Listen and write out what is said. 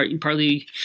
partly